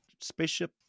spaceship